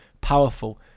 powerful